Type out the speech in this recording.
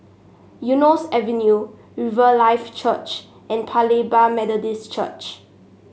Eunos Avenue Riverlife Church and Paya Lebar Methodist Church